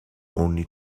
only